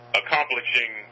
accomplishing